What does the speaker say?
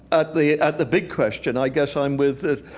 at the at the big question, i guess i'm with,